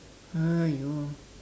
!aiyo!